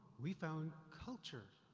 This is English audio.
we found, culture.